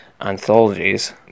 anthologies